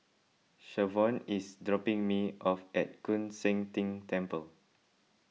Shavonne is dropping me off at Koon Seng Ting Temple